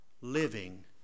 living